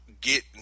get